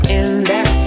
index